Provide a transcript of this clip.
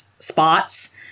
Spots